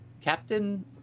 captain